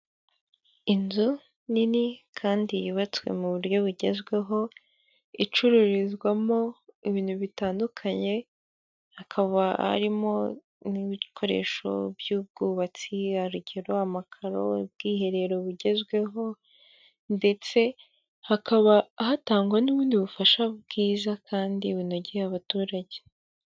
Inzu nini kandi yubatswe mu buryo bugezweho icururizwamo ibintu bitandukanye, hakaba harimo n'ibikoresho by'ubwubatsi. Urugero amakaro, ubwiherero bugezweho, ndetse hakaba hatangwa n'ubundi bufasha bwiza kandi bunogeye abaturage.